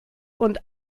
und